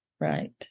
Right